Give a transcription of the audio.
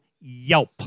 yelp